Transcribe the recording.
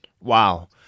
Wow